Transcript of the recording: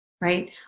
right